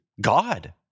God